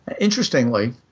Interestingly